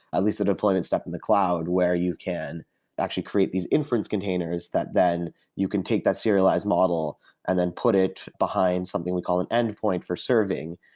at lease the deployment step in the cloud where you can actually create these inference containers that then you can take that serialized model and then put it behind something we call an endpoint for serving,